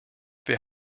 wir